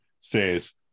says